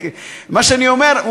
מה שאני אומר,